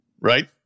Right